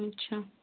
अच्छा